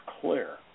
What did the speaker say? clear